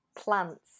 plants